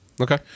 okay